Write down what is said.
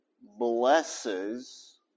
blesses